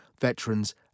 veterans